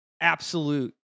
absolute